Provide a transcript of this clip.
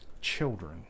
children